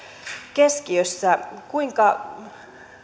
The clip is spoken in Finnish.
keskiössä kuinka